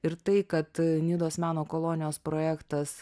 ir tai kad nidos meno kolonijos projektas